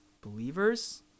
Believers